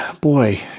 Boy